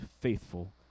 faithful